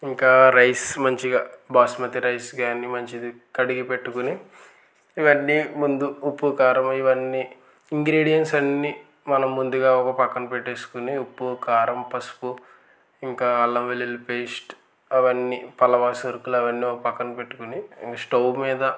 ఇంకా రైస్ మంచిగా బాస్మతి రైస్ కానీ మంచిది కడిగి పెట్టుకుని ఇవి అన్నీ ముందు ఉప్పు కారం ఇవన్నీ ఇంగ్రీడియన్స్ అన్నీ మనం ముందుగా ఒక పక్కన పెట్టుకుని ఉప్పు కారం పసుపు ఇంకా అల్లం వెల్లుల్లి పేస్ట్ అవన్నీ ఫలానా సరుకులు అవన్నీ ఓ పక్కన పెట్టుకుని ఇంకా స్టవ్ మీద